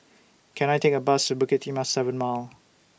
Can I Take A Bus to Bukit Timah seven Mile